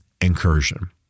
incursion